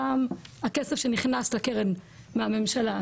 גם הכסף שנכנס לקרן מהממשלה,